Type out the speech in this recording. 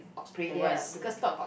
oh I see